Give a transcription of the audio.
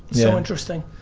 so interesting.